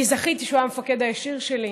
אני זכיתי שהוא היה המפקד הישיר שלי.